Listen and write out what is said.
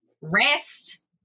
rest